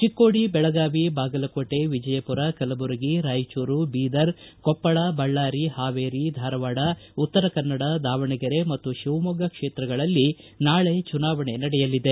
ಚಿಕ್ಕೋಡಿ ಬೆಳಗಾವಿ ಬಾಗಲಕೋಟೆ ವಿಜಯಪುರ ಕಲಬುರಗಿ ರಾಯಚೂರು ಬೀದರ್ ಕೊಪ್ಪಳ ಬಳ್ಳಾರಿ ಹಾವೇರಿ ಧಾರವಾಡ ಉತ್ತರ ಕನ್ನಡ ದಾವಣಗೆರೆ ಮತ್ತು ಶಿವಮೊಗ್ಗ ಕ್ಷೇತ್ರಗಳಲ್ಲಿ ನಾಳೆ ಚುನಾವಣೆ ನಡೆಯಲಿದೆ